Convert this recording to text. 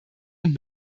und